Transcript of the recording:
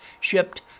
shipped